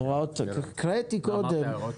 אין.